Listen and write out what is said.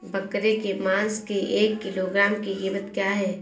बकरे के मांस की एक किलोग्राम की कीमत क्या है?